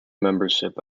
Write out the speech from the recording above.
membership